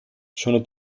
sono